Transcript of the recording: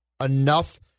enough